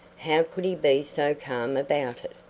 how could he be so calm about it,